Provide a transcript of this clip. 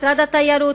משרד התיירות,